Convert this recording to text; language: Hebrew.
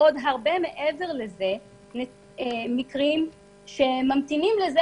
עוד הרבה מעבר לזה מקרים שממתינים לזה